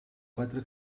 quatre